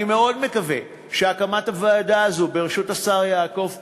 אני מאוד מקווה שהקמת הוועדה הזו בראשות השר יעקב פרי,